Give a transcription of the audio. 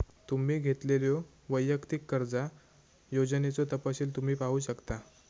तुम्ही घेतलेल्यो वैयक्तिक कर्जा योजनेचो तपशील तुम्ही पाहू शकता